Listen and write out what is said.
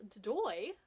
doi